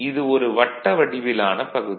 இது ஒரு வட்ட வடிவிலான பகுதி